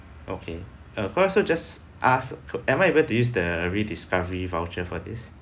okay err first of all just ask am I able to use the rediscovery voucher for this